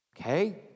Okay